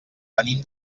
venim